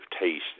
taste